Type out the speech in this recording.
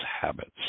habits